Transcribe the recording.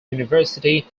university